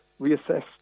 reassess